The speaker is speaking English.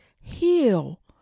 heal